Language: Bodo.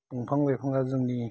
बिफां लाइफांआ जोंनि